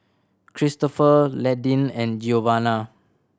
Cristopher Landyn and Giovanna